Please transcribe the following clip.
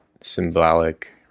symbolic